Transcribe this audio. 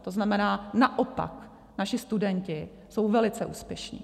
To znamená, naopak naši studenti jsou velice úspěšní.